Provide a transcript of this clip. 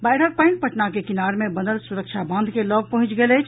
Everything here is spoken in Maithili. बाढ़िक पानि पटना के किनार मे बनल सुरक्षा बांध के लऽग पहुंचि गेल अछि